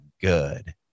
good